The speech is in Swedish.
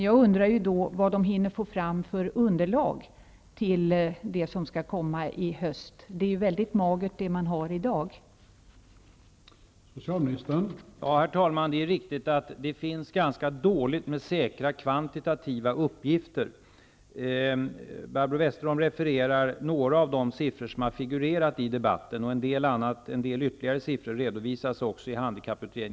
Jag undrar emellertid vilket underlag som man kan hinna få fram till höstens proposition. Materialet som man har i dag är ju väldigt magert.